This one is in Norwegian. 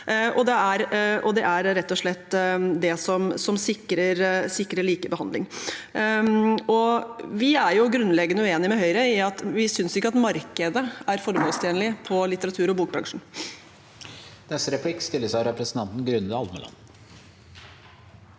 Det er rett og slett det som sikrer likebehandling. Vi er grunnleggende uenig med Høyre ved at vi ikke synes at markedet er formålstjenlig i litteratur- og bokbransjen.